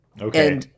Okay